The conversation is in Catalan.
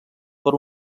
per